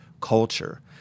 culture